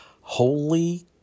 Holy